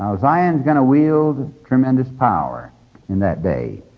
um zion is going to wield tremendous power in that day.